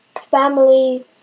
family